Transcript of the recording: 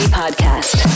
podcast